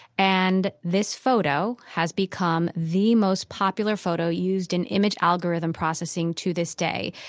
and this photo has become the most popular photo used in image algorithm processing to this day,